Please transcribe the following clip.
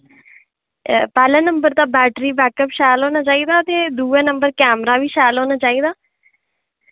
पैह्ला नंबर ते battery backup शैल होना चाहिदा ते दुए नंबर कैमरा बी शैल होना चाहिदा